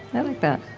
i like that